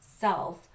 self